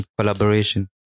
collaboration